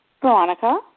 Veronica